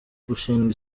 gushinga